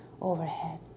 overhead